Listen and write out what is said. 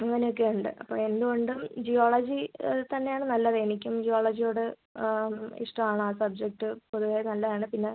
അങ്ങനെ ഒക്കെ ഉണ്ട് അപ്പോൾ എന്തുകൊണ്ടും ജിയോളജി തന്നെയാണ് നല്ലത് എനിക്കും ജിയോളജിയോട് ഇഷ്ടം ആണ് ആ സബ്ജെക്ട് പൊതുവെ നല്ലത് ആണ് പിന്നെ